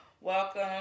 Welcome